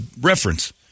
reference